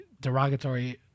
derogatory